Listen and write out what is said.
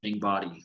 body